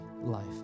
life